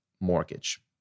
mortgage